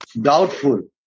doubtful